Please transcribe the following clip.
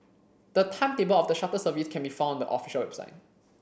the timetable of the shuttle service can be found on the official website